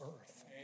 earth